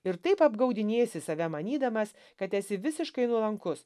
ir taip apgaudinėsi save manydamas kad esi visiškai nuolankus